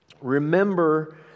remember